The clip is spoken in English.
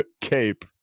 cape